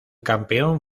campeón